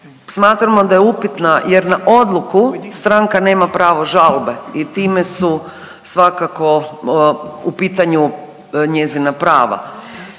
smatramo da je upitna jer na odluku stranka nema pravo žalbe i time su svakako u pitanju njezina prava.